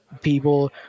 people